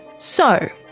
so.